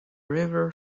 river